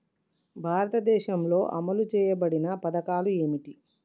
భారతదేశంలో అమలు చేయబడిన పథకాలు ఏమిటి?